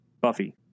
Buffy